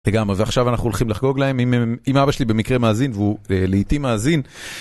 לגמרי. ועכשיו אנחנו הולכים לחגוג להם, אם אבא שלי במקרה מאזין, והוא לעתים מאזין.